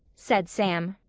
said sam.